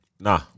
Nah